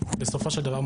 בסופו של דבר,